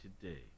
today